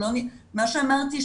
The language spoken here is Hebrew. מה שאמרתי,